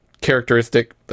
characteristic